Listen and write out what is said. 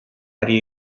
ari